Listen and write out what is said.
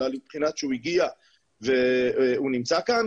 אלא לבחינה שהוא הגיע והוא נמצא כאן.